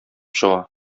чыга